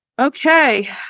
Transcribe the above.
Okay